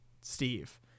Steve